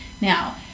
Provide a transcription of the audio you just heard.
Now